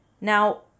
now